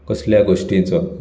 कसल्या गोष्टीचो